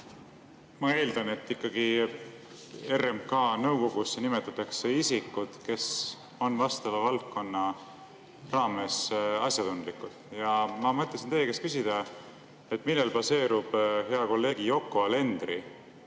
ma eeldan, et RMK nõukogusse nimetatakse isikud, kes on vastava valdkonna raames asjatundlikud. Ja ma mõtlesin teie käest küsida, millel baseerub hea kolleegi Yoko Alenderi